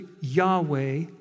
Yahweh